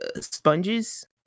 sponges